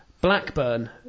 Blackburn